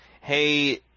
hey